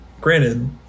Granted